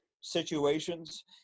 situations